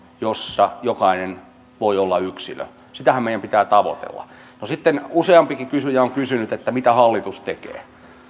joissa jokainen voi olla yksilö sitähän meidän pitää tavoitella no sitten useampikin kysyjä on kysynyt mitä hallitus tekee